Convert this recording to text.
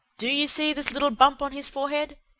do you see this little bump on his forehead?